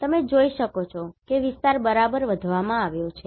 તમે જોઈ શકો છો કે વિસ્તાર બરાબર વધારવામાં આવ્યો છે